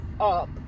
up